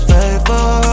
Faithful